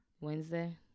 Wednesday